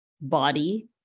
body